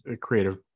creative